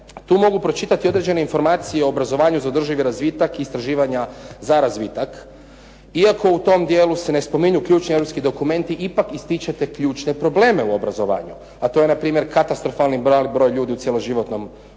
tu mogu pročitati određene informacije o obrazovanju za održivi razvitak i istraživanja za razvitak. Iako u tom dijelu se ne spominju ključni europski dokumenti ipak ističete ključne probleme u obrazovanju a to je na primjer katastrofalno mali broj ljudi u cjeloživotnom obrazovanju